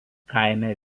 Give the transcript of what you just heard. kaime